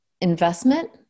investment